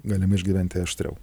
galime išgyventi aštriau